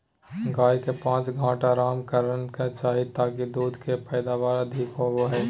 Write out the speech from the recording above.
गाय के पांच घंटा आराम करना चाही ताकि दूध के पैदावार अधिक होबय